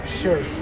Sure